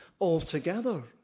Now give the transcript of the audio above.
altogether